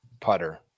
putter